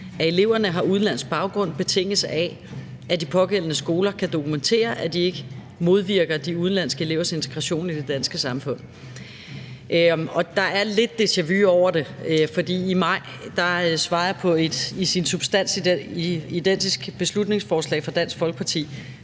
af eleverne har udenlandsk baggrund, betinges af, at de pågældende skoler kan dokumentere, at de ikke modvirker de udenlandske elevers integration i det danske samfund. Og der er lidt deja-vu over det, for i maj svarede jeg på et i sin substans identisk beslutningsforslag fra Dansk Folkeparti,